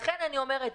לכן אני אומרת,